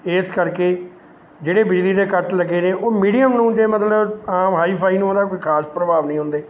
ਇਸ ਕਰਕੇ ਜਿਹੜੇ ਬਿਜਲੀ ਦੇ ਕੱਟ ਲੱਗੇ ਰਹੇ ਉਹ ਮੀਡੀਅਮ ਨੂੰ ਜੇ ਮਤਲਬ ਆਮ ਹਾਈ ਫਾਈ ਨੂੰ ਉਹਦਾ ਕੋਈ ਖਾਸ ਪ੍ਰਭਾਵ ਨਹੀਂ ਹੁੰਦੇ